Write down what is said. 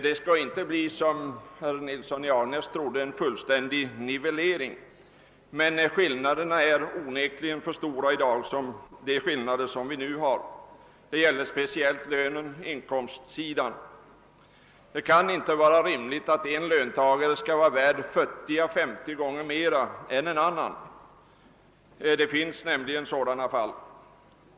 Det skall inte bli, som herr Nilsson i Agnäs trodde, en fullständig nivellering, men skillnaderna är onekligen för stora i dag; det gäller speciellt lönerna. Det kan inte vara rimligt att en löntagare skall vara värd 40—50 gånger mer än en annan — sådana fall före-, kommer nämligen.